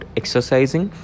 exercising